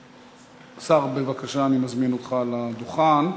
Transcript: השר, בבקשה, אני מזמין אותך לדוכן.